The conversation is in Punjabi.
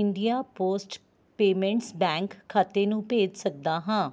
ਇੰਡੀਆ ਪੋਸਟ ਪੇਮੈਂਟਸ ਬੈਂਕ ਖਾਤੇ ਨੂੰ ਭੇਜ ਸਕਦਾ ਹਾਂ